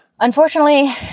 Unfortunately